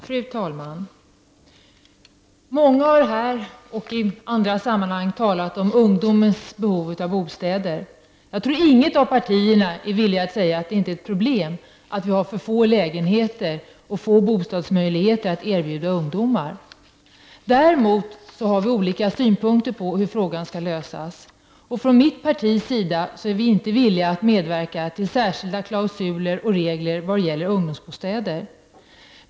Fru talman! Många har här och i andra sammanhang talat om ungdomars behov av bostäder. Jag tror att inget av partierna är villigt att säga att det inte är ett problem att vi har för få lägenheter och för få bostäder att erbjuda ungdomen. Däremot har vi olika synpunkter på hur frågan skall lösas. Från mitt partis sida är vi inte villiga att medverka till särskilda klausuler och regler vad gäller ungdomsbostäder.